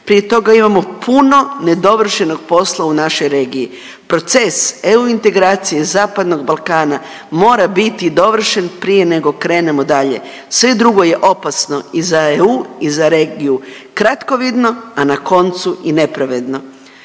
prije toga imamo puno nedovršenog posla u našoj regiji. Proces EU integracije Zapadnog Balkana mora biti dovršen prije nego krenemo dalje, sve drugo je opasno i za EU i za regiju kratkovidno, a na koncu i nepravedno.